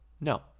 No